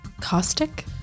Caustic